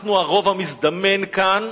אנחנו הרוב המזדמן כאן,